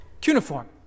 cuneiform